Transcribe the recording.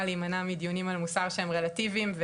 להימנע מדיונים על מוסר שהם רלטיביים,